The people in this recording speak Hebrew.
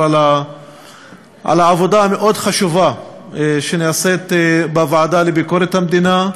על העבודה המאוד-חשובה שנעשית בוועדה לביקורת המדינה,